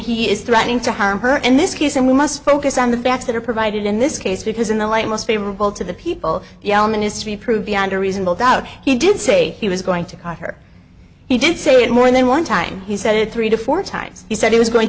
he is threatening to harm her in this case and we must focus on the backs that are provided in this case because in the light most favorable to the people yell ministry prove beyond a reasonable doubt he did say he was going to cut her he did say in more than one time he said three to four times he said he was going